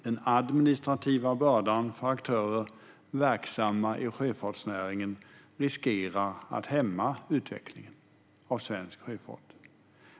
Den administrativa bördan för aktörer verksamma inom sjöfartsnäringen riskerar att hämma utvecklingen av svensk sjöfart. Fru talman!